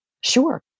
Sure